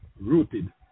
rooted